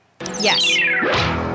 Yes